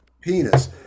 penis